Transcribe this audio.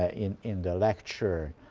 ah in in the lecture.